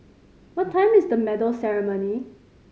what time is medal ceremony